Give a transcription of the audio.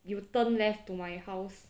you turn left to my house